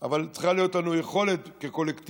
אבל צריכה להיות לנו יכולת כקולקטיב,